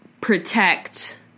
protect